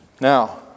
Now